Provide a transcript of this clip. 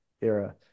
era